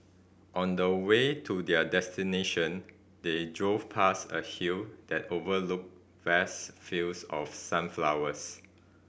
on the way to their destination they drove past a hill that overlooked vast fields of sunflowers